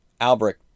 Albrecht